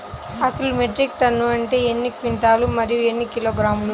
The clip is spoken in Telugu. అసలు మెట్రిక్ టన్ను అంటే ఎన్ని క్వింటాలు మరియు ఎన్ని కిలోగ్రాములు?